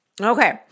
Okay